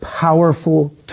powerful